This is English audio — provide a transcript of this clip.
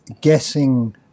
guessing